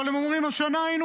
אבל הם אומרים: השנה היינו